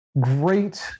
great